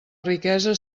riquesa